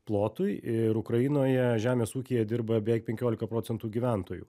plotui ir ukrainoje žemės ūkyje dirba beveik penkiolika procentų gyventojų